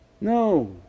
No